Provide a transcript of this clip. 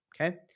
okay